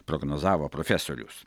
prognozavo profesorius